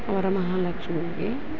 ವರಮಹಾಲಕ್ಷ್ಮಿಗೆ